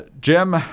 Jim